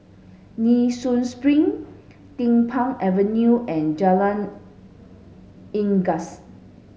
Nee Soon Spring Din Pang Avenue and Jalan Unggas